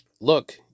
Look